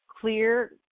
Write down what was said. clear